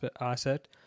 asset